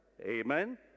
Amen